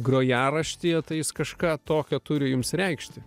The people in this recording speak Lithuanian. grojaraštyje tai jis kažką tokio turi jums reikšti